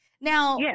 Now